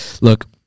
look